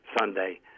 Sunday